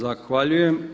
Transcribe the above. Zahvaljujem.